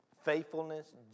faithfulness